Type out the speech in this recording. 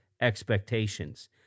expectations